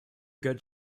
good